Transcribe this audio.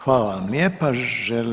Hvala vam lijepa.